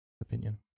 opinion